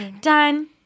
Done